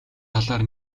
талаар